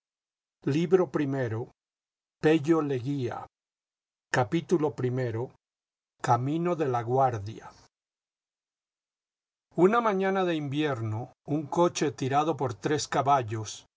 libro primero peixo legüía camino de laguardia ll na mañana de invierno un coche tirado por tres caballos